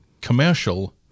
commercial